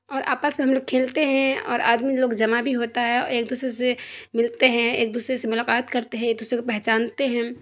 اور آپس میں ہم لوگ کھیلتے ہیں اور آدمی لوگ جمع بھی ہوتا ہے اور ایک دوسرے سے ملتے ہیں ایک دوسرے سے ملاقات کرتے ہیں ایک دوسرے کو پہچانتے ہیں